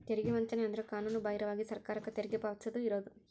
ತೆರಿಗೆ ವಂಚನೆ ಅಂದ್ರ ಕಾನೂನುಬಾಹಿರವಾಗಿ ಸರ್ಕಾರಕ್ಕ ತೆರಿಗಿ ಪಾವತಿಸದ ಇರುದು